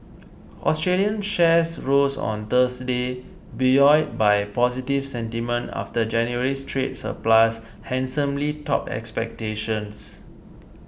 Australian shares rose on Thursday buoyed by positive sentiment after January's trade surplus handsomely topped expectations